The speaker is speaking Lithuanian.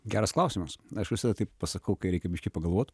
geras klausimas aš visada taip pasakau kai reikia biškį pagalvoti